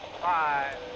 Five